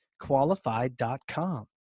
Qualified.com